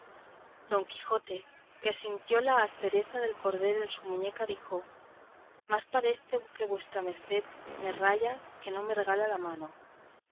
don quijote que sintió la aspereza del cordel en su muñeca dijo más parece que vuestra merced me ralla que no que me regala la mano